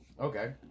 Okay